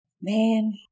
Man